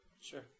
Sure